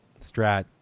strat